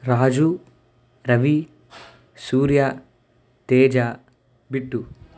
Raju Ravi Surya Teja bit